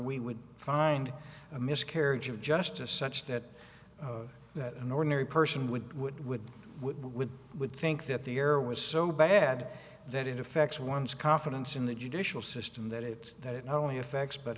we would find a miscarriage of justice such that that an ordinary person would would would with would think that the air was so bad that it affects one's confidence in the judicial system that it that it only affects but